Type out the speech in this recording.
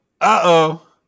Uh-oh